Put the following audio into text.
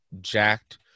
jacked